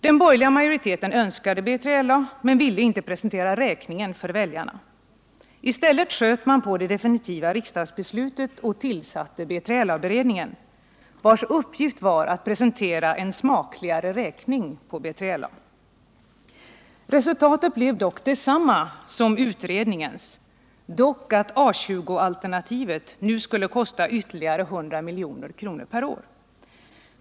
Den borgerliga majoriteten önskade B3LA men ville inte presentera räkningen för väljarna. I stället sköt man på det definitiva riksdagsbeslutet och tillsatte BILA utredningen, vars uppgift var att presentera en smakligare räkning på B3LA. Resultatet blev dock detsamma som utredningens, dock att A 20-alternativet nu skulle kosta ytterligare 100 milj.kr. per år.